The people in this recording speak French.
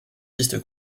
piste